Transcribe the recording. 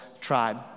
tribe